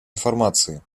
информации